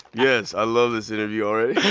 yes. i love this interview already